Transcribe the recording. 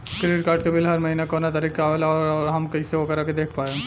Credit card के bill हर महीना कौना तारीक के आवेला और आउर हम कइसे ओकरा के देख पाएम?